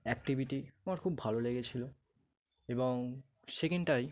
activity আমার খুব ভালো লেগেছিল এবং সেখানটাই